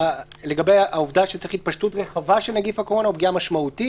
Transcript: לגבי העובדה שצריך "התפשטות רחבה ולפגיעה משמעותית".